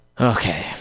Okay